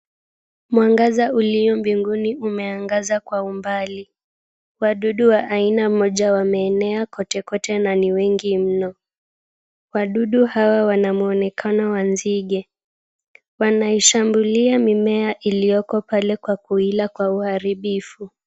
Mwangaza uliyo mbinguni umeangaza kwa umbali. Wadudu wa aina moja wameenea kote kote na ni wengi mno. Wadudu hawa wana muonekano wa nzige, wanaishambulia mimea ilioko pale kwa kuila kwa uharibifu.